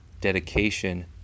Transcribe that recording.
dedication